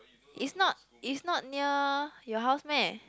is not is not near your house meh